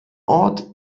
ort